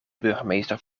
burgemeester